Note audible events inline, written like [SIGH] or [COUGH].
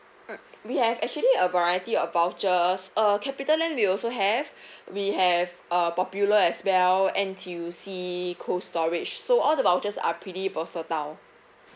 mm we have actually a variety of vouchers uh CapitaLand we also have [BREATH] we have uh popular as well N_T_U_C Cold Storage so all the vouchers are pretty versatile